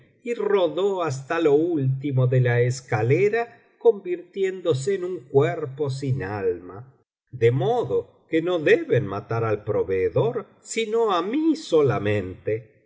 y rodó hasta lo último de la escalera convirtiéndose en un cuerpo sin alma de modo que no deben matar al proveedor sino á mí solamente